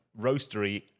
roastery